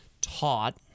taught